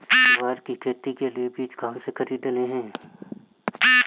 ग्वार की खेती के लिए बीज कहाँ से खरीदने हैं?